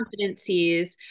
competencies